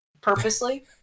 purposely